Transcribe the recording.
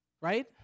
right